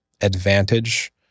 advantage